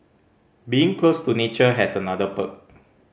being close to nature has another perk